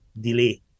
delay